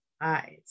eyes